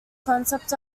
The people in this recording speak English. concept